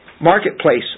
Marketplace